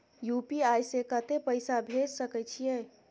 UPI से कत्ते पैसा भेज सके छियै?